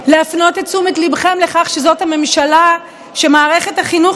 להפנות את תשומת ליבכם לכך שזאת הממשלה שמערכת החינוך